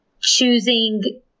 choosing